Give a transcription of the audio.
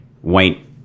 white